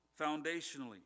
Foundationally